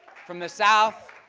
from the south.